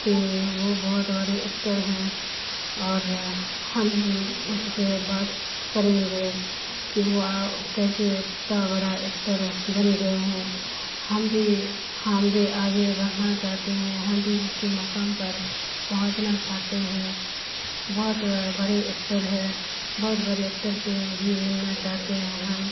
کہ وہ بہت بڑے ایکٹر ہیں اور ہم ان سے بات کریں گے کہ وہ کیسے اتا بڑا ایکٹر بن گئے ہیں ہم بھی ہم بھی آگے بڑھنا چاہتے ہیں ہم بھی اسی مقام پر پہچنا چاہتے ہیں بہت بڑے ایکٹر ہے بہت بڑے ایکٹر سے بھی ملنا چاہتے ہیں ہم